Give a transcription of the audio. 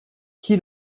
qui